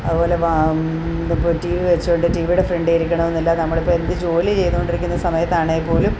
അതുപോലെ ഇപ്പം T V വെച്ചുകൊണ്ട് ടി വിയുടെ ഫ്രണ്ടിൽ ഇരിക്കണമെന്നില്ല നമ്മൾ ഇപ്പം എന്ത് ജോലി ചെയ്തുകൊണ്ടിരിക്കുന്ന സമയത്താണെങ്കിൽ പോലും